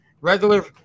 regular